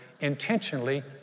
intentionally